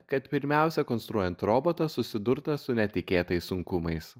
kad pirmiausia konstruojant robotą susidurta su netikėtais sunkumais